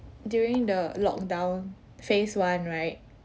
during the lockdown phase one right